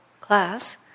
class